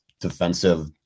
defensive